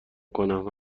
کنم